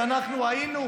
שאנחנו היינו,